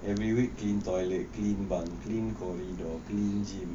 every week clean toilet clean bunk clean corridor clean gym